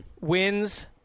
Wins